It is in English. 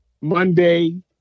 Monday